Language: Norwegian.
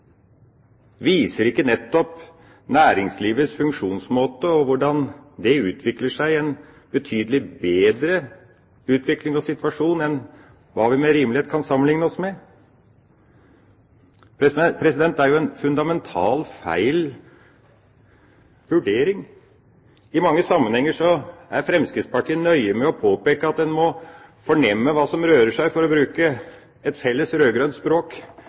Viser ikke nettopp næringslivets funksjonsmåte en betydelig bedre utvikling og situasjon enn hva vi med rimelighet kan sammenligne oss med? Det er jo en fundamental feilvurdering. I mange sammenhenger er Fremskrittspartiet nøye med å påpeke at en må fornemme hva som rører seg – for å bruke et felles rød-grønt språk.